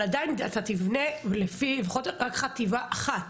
אבל עדיין אתה תבנה לפי לפחות רק חטיבה אחת,